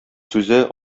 сүзе